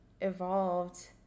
evolved